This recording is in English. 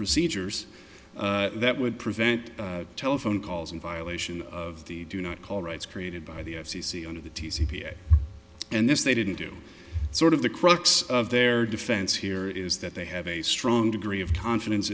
procedures that would prevent telephone calls in violation of the do not call rights created by the f c c under the t c p and this they didn't do sort of the crux of their defense here is that they have a strong degree of confidence